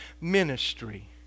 ministry